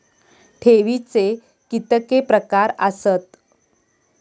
ठेवीचे कितके प्रकार आसत?